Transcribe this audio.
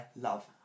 love